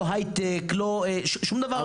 לא הייטק, לא שום דבר אחר.